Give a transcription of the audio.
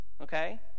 okay